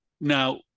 Now